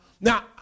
Now